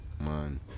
man